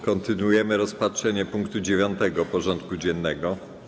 Kontynuujemy rozpatrywanie punktu 9. porządku dziennego: